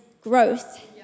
growth